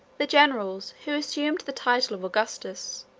the generals, who assumed the title of augustus,